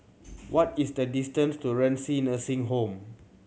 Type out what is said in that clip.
what is the distance to Renci Nursing Home